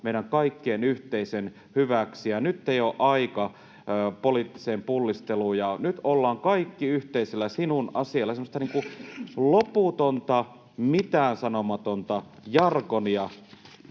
meidän kaikkien yhteisen hyväksi, ja nyt ei ole aika poliittiseen pullisteluun, ja nyt ollaan kaikki yhteisellä, sinun, asialla — semmoista niin kuin loputonta mitäänsanomatonta jargonia.